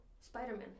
Spider-Man